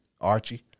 Archie